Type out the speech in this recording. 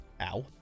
Ow